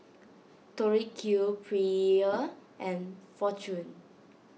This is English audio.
Tori Q Perrier and Fortune